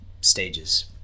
stages